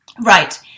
Right